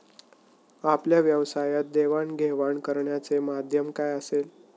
आपल्या व्यवसायात देवाणघेवाण करण्याचे माध्यम काय असेल?